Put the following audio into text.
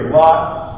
lots